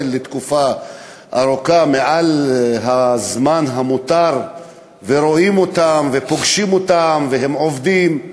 לתקופה ארוכה מעל הזמן המותר ורואים אותם ופוגשים אותם והם עובדים?